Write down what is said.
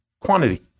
quantity